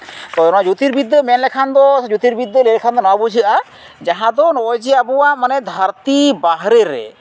ᱛᱚ ᱚᱱᱟ ᱡᱳᱛᱤᱨᱵᱤᱫᱽᱫᱟᱹ ᱢᱮᱱᱞᱮᱠᱷᱟᱱ ᱫᱚ ᱡᱳᱛᱤᱨᱵᱤᱫᱽᱫᱟᱹ ᱞᱟᱹᱭ ᱞᱮᱠᱷᱟᱱ ᱫᱚ ᱱᱚᱣᱟ ᱵᱩᱡᱷᱟᱹᱜᱼᱟ ᱡᱟᱦᱟᱸ ᱫᱚ ᱱᱚᱜᱼᱚᱭ ᱡᱮ ᱟᱵᱚᱣᱟᱜ ᱢᱟᱱᱮ ᱫᱷᱟᱹᱨᱛᱤ ᱵᱟᱦᱨᱮ ᱨᱮ